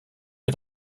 les